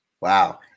Wow